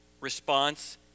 response